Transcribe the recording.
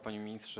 Panie Ministrze!